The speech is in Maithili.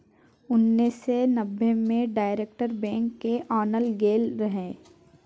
उन्नैस सय नब्बे मे डायरेक्ट बैंक केँ आनल गेल रहय